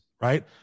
Right